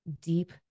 deep